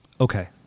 Okay